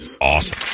awesome